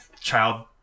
child